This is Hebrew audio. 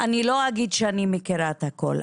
אני לא אגיד שאני מכירה את הכול,